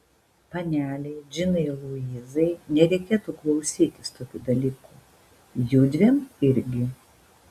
panelei džinai luizai nereikėtų klausytis tokių dalykų judviem irgi